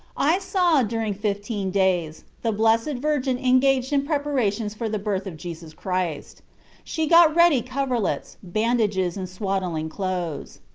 i saw, during fifteen days, the blessed virgin engaged in preparations for the birth of jesus christ she got ready coverlets, bandages, and swaddling clothes.